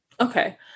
Okay